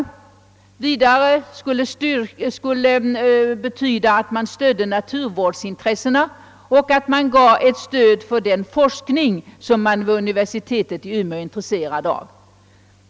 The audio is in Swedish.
Vidare vill man stödja naturvårdsintressena och den forskning som man vid universitetet i Umeå är intresserad av.